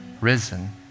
risen